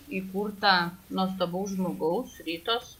įkurta nuostabaus žmogaus ritos